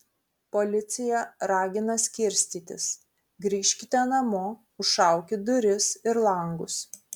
policija ragina skirstytis grįžkite namo užšaukit duris ir langus